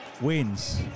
Wins